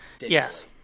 Yes